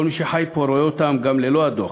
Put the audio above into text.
כל מי שחי פה רואה אותם גם ללא הדוח.